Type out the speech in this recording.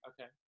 okay